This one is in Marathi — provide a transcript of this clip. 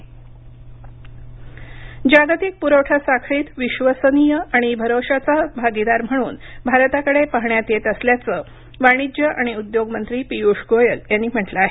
गोयल वाणिज्य जागतिक पुरवठा साखळीत विश्वसनीय आणि भरोश्याचा भागीदार म्हणून भारताकडे पाहण्यात येत असल्याचं वाणिज्य आणि उद्योग मंत्री पीयूष गोयल यांनी म्हटलं आहे